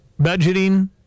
Budgeting